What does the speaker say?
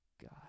God